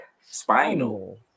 Spinal